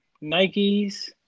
Nike's